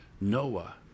Noah